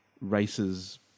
races